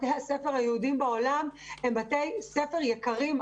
בתי הספר היהודיים בעולם הם בתי ספר יקרים.